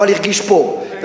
אבל הרגיש פה.